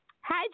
Hi